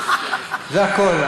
זה הכול.